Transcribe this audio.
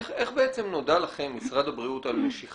איך נודע לכם, משרד הבריאות, על נשיכה?